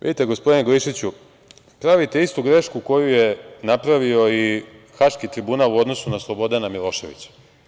Vidite, gospodine Glišiću, pravite istu grešku koju je napravio i Haški tribunal u odnosu na Slobodana Miloševića.